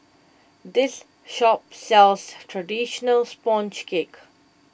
this shop sells Traditional Sponge Cake